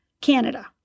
Canada